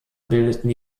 bildeten